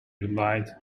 relied